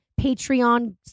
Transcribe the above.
Patreon